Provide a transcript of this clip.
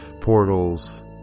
portals